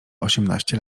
osiemnaście